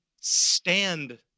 stand